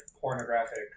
pornographic